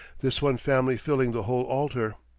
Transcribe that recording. this one family filling the whole altar.